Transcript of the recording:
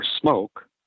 Smoke